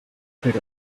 afraid